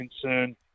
concern